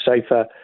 safer